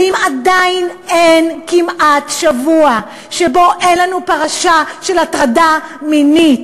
ואם עדיין אין כמעט שבוע שבו אין לנו פרשה של הטרדה מינית,